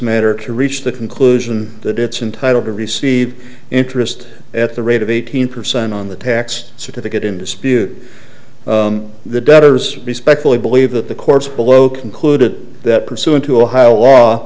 matter to reach the conclusion that it's entitle to receive interest at the rate of eighteen percent on the tax certificate in dispute the debtors respectfully believe that the courts below concluded that pursuant to